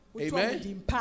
Amen